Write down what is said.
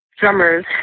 drummers